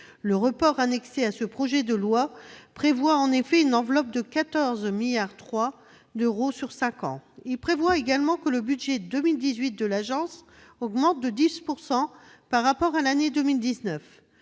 Le rapport annexé au présent projet de loi prévoit en effet une enveloppe de 14,3 milliards d'euros sur cinq ans. Il prévoit également que le budget 2019 de l'Afitf augmente de 10 % par rapport à l'année 2018.